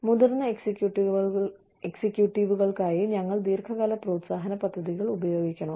മുതിർന്ന എക്സിക്യൂട്ടീവുകൾക്കായി ഞങ്ങൾ ദീർഘകാല പ്രോത്സാഹന പദ്ധതികൾ ഉപയോഗിക്കണോ